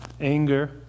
anger